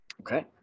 okay